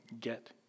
get